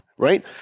Right